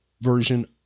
version